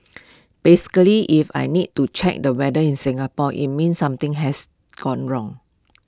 basically if I need to check the weather in Singapore IT means something has gone wrong